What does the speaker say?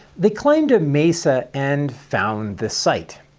they climbed a mesa and found the site.